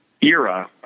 era